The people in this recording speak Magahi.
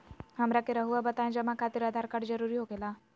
हमरा के रहुआ बताएं जमा खातिर आधार कार्ड जरूरी हो खेला?